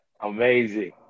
Amazing